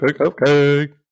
okay